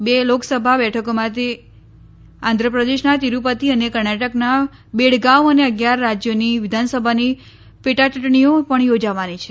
બે લોકસભા બેઠકો આંધ્રપ્રદેશના તિરૂપતિ અને કર્ણાટકના બેળગાંવ અને અગિયાર રાજ્યોની વિધાનસભાની પેટા ચૂંટણીઓ પણ યોજાવાની છે